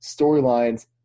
storylines